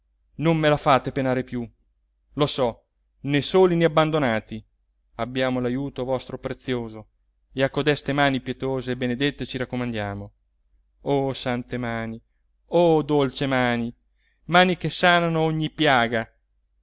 non me la fate penare più lo so né soli né abbandonati abbiamo l'ajuto vostro prezioso e a codeste mani pietose e benedette ci raccomandiamo o sante mani o dolci mani mani che sanano ogni piaga